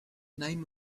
name